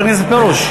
חבר הכנסת פרוש,